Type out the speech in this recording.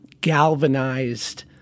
galvanized